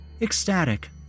Ecstatic